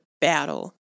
battle